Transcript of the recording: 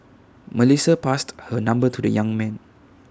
Melissa passed her number to the young man